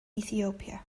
ethiopia